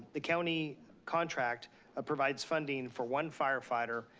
the county contract ah provides funding for one firefighter,